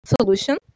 solution